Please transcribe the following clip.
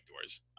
doors